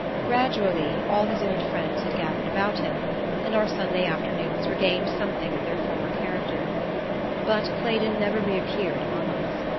gradually all his old friends had gathered about him and our sunday afternoons regained something of their former character but claydon never reappeared among us.